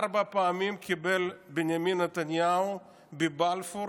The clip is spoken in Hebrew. ארבע פעמים קיבל בנימין נתניהו בבלפור